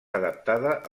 adaptada